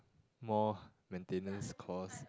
more maintenance cost